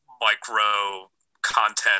micro-content